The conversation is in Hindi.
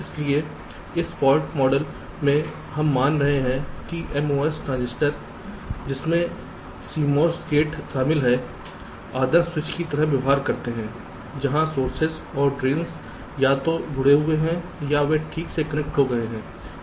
इसलिए इस फॉल्ट मॉडल में हम मान रहे हैं कि एमओएस ट्रांजिस्टर जिसमें सीएमओएस गेट शामिल हैं आदर्श स्विच की तरह व्यवहार करते हैं जहां सोर्सेस और ड्रैन्स या तो जुड़े हुए हैं या वे ठीक से डिस्कनेक्ट हो गए हैं